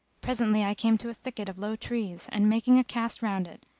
presently i came to a thicket of low trees and, making a cast round it,